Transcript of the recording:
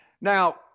Now